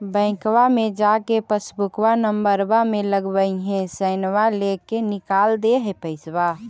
बैंकवा मे जा के पासबुकवा नम्बर मे लगवहिऐ सैनवा लेके निकाल दे है पैसवा?